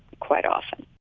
quite often.